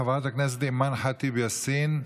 חברת הכנסת אימאן ח'טיב יאסין,